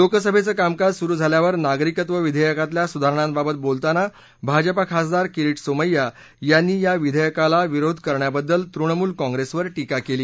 लोकसभेचं कामकाज सुरू झाल्यावर नागरिकत्व विधेयकातल्या सुधारणांबाबत बोलताना भाजप खासदार किरिट सोमैय्या यांनी या विधेयकाला विरोध करण्याबद्दल तृणमूल काँग्रेसवर टीका केली